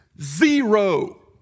Zero